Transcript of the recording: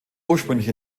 ursprünglich